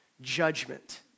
judgment